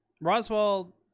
Roswell